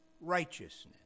righteousness